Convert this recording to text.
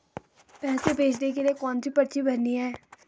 पैसे भेजने के लिए कौनसी पर्ची भरनी है?